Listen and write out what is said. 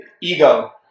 ego